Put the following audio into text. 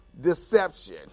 deception